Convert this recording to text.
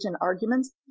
arguments